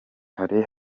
hari